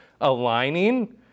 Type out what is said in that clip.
aligning